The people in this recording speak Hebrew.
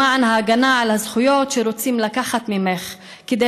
למען ההגנה על הזכויות שרוצים לקחת ממך כדי